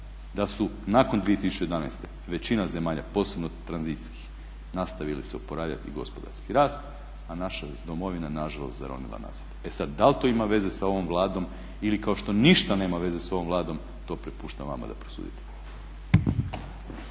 da su nakon 2011. većina zemalja posebno tranzicijskih nastavile se oporavljati gospodarski rast, a naša je domovina nažalost zaronila nazad. E sad da li to ima veze sa ovom vladom ili kao što ništa nema veze s ovom vladom to prepuštam vama da prosudite.